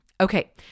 Okay